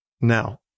Now